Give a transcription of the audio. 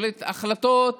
להחליט החלטות